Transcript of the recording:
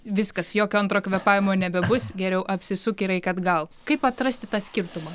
viskas jokio antro kvėpavimo nebebus geriau apsisuk ir eik atgal kaip atrasti tą skirtumą